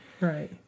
Right